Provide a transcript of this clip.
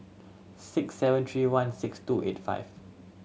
six seven three one six two eight five